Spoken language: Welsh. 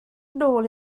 nôl